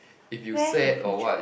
where have you tried